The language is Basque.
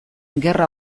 gerra